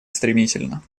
стремительно